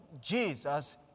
Jesus